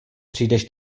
přijdeš